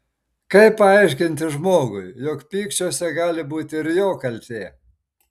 kaip paaiškinti žmogui jog pykčiuose gali būti ir jo kaltė